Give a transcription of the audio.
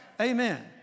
Amen